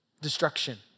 destruction